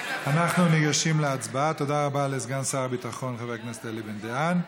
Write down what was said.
תודה רבה לסגן שר הביטחון, חבר הכנסת אלי בן-דהן.